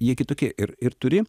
jie kitokie ir ir turi